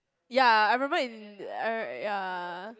ya I remember in uh ya